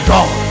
God